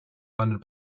funded